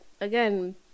again